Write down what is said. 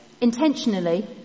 intentionally